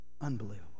Unbelievable